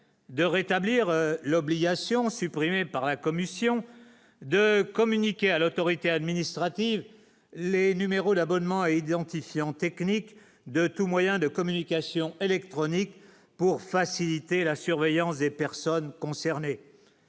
de rétablir l'obligation supprimée par la commission de communiquer à l'autorité administrative, les numéros d'abonnement identifiant technique de tout moyen de communication électronique pour faciliter la surveillance des personnes concernées.